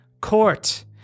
court